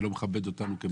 זה לא מכבד את המקום,